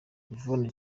yvonne